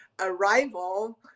arrival